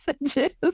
messages